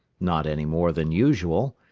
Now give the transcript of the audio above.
not any more than usual.